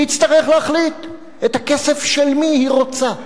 תצטרך להחליט את הכסף של מי היא רוצה,